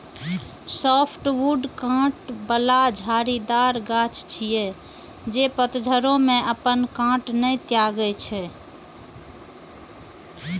softwood कांट बला झाड़ीदार गाछ छियै, जे पतझड़ो मे अपन कांट नै त्यागै छै